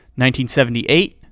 1978